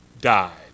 died